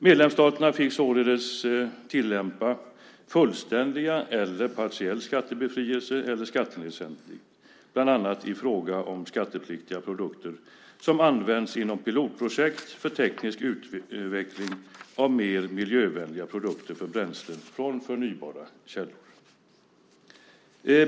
Medlemsstaterna fick således tillämpa fullständig eller partiell skattebefrielse eller skattenedsättningar bland annat i fråga om skattepliktiga produkter som används inom pilotprojekt för teknisk utveckling av mer miljövänliga produkter för bränslen från förnybara källor.